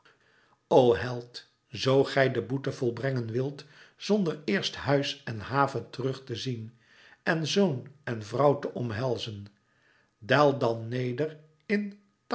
o held zoo gij de boete volbrengen wilt znder eerst huis en have terug te zien en zoon en vrouw te omhelzen daal dan neder in